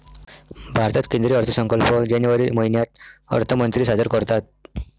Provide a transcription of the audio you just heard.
भारतात केंद्रीय अर्थसंकल्प जानेवारी महिन्यात अर्थमंत्री सादर करतात